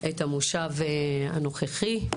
את המושב הנוכחי.